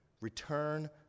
return